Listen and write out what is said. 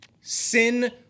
Sin